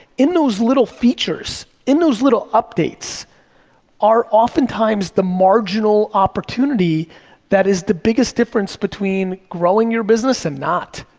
in those little features, in those little updates are oftentimes the marginal opportunity that is the biggest difference between growing your business and not.